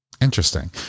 Interesting